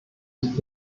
nicht